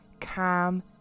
calm